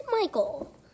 Michael